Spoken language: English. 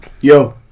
Yo